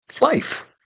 life